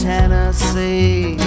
Tennessee